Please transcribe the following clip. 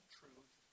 truth